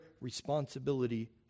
responsibility